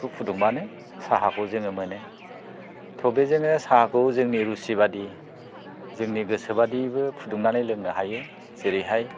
बेफोरखौ फुदुंब्लानो जोङो साहाखौ मोनो थेवबो जोङो साहाखौ जोंनि रुसि बादि जोंनि गोसोबादिबो फुदुंनानै लोंनो हायो जेरैहाय